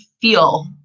feel